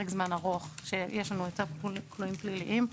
זמן ארוך שיש לנו יותר כלואים פליליים,